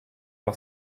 par